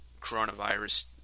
coronavirus